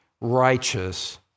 righteous